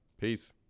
Peace